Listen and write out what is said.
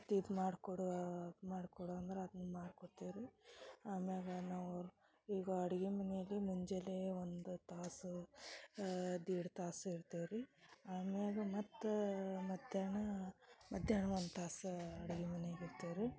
ಮತ್ತೆ ಇದು ಮಾಡ್ಕೋಡು ಅದು ಮಾಡ್ಕೋಡು ಅಂದ್ರ ಅದ್ನ ಮಾಡ್ಕೋಡ್ತಿವಿ ರೀ ಅಮ್ಯಾಗ ನಾವು ಈಗ ಅಡ್ಗೆ ಮನೆಲ್ಲಿ ಮುಂಜಾನೆ ಒಂದು ತಾಸು ಅದು ಎರಡು ತಾಸು ಇರ್ತೇವೆ ರೀ ಅಮ್ಯಾಗ ಮತ್ತೆ ಮಧ್ಯಾಹ್ನ ಮಧ್ಯಾಹ್ನ ಒಂದು ತಾಸು ಅಡ್ಗೆ ಮನೆಗೆ ಬರ್ತೀವೆ ರೀ